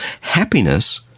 Happiness